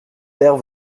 père